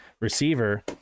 receiver